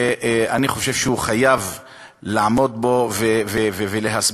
ואני חושב שהוא חייב לעמוד פה ולהסביר,